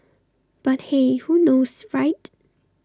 but hey who knows right